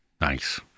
nice